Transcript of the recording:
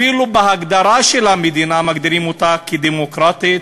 אפילו בהגדרה של המדינה מגדירים אותה כדמוקרטית,